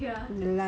ya